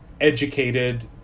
educated